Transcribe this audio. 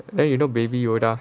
then you go baby yoda